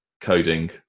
coding